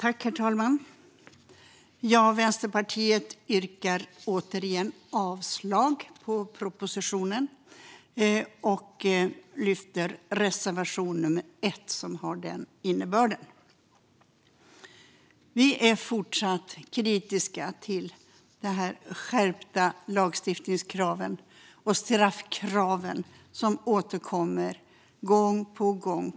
Herr talman! Vänsterpartiet yrkar avslag även på denna proposition och lyfter reservation 1, som har den innebörden. Vi är fortsatt kritiska till de krav på skärpt lagstiftning och skärpta straff som återkommer gång på gång.